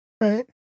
right